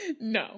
No